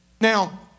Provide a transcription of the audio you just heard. now